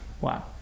Wow